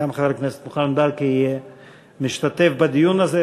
גם חבר הכנסת מוחמד ברכה משתתף בדיון הזה,